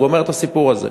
גומר את הסיפור הזה.